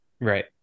Right